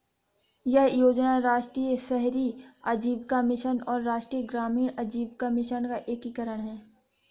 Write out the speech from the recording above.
यह योजना राष्ट्रीय शहरी आजीविका मिशन और राष्ट्रीय ग्रामीण आजीविका मिशन का एकीकरण है